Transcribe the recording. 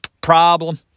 problem